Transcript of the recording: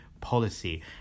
policy